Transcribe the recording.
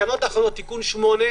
בתקנות האחרונות, תיקון 8,